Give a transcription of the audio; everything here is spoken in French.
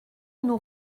nous